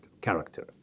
character